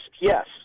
yes